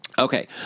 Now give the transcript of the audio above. Okay